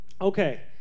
Okay